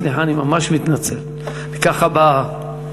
בכל